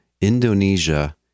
indonesia